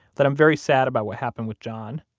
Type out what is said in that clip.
that i'm very sad about what happened with john.